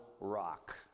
rock